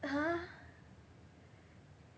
!huh!